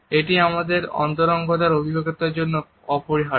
এটি আমাদের অন্তরঙ্গতার অভিজ্ঞতার জন্য অপরিহার্য